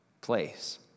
place